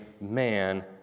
man